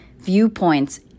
viewpoints